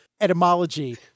etymology